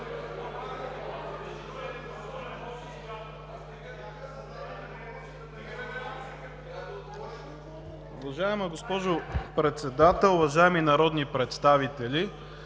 Уважаема госпожо Председател, уважаеми народни представители,